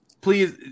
Please